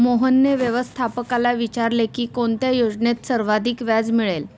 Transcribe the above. मोहनने व्यवस्थापकाला विचारले की कोणत्या योजनेत सर्वाधिक व्याज मिळेल?